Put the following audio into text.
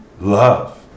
love